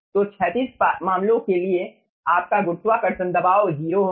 तो क्षैतिज मामलों के लिए आपका गुरुत्वाकर्षण दबाव 0 होगा